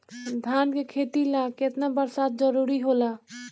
धान के खेती ला केतना बरसात जरूरी होला?